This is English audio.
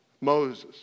Moses